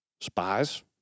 spies